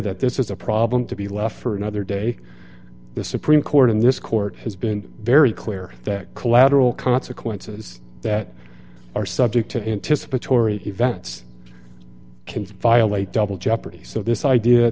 that this is a problem to be left for another day the supreme court in this court has been very clear that collateral consequences that are subject to anticipatory events can violate double jeopardy so this idea